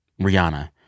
Rihanna